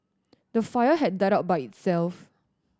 the fire had died out by itself